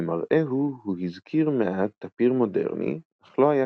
במראהו הוא הזכיר מעט טפיר מודרני אך לא היה